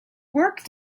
work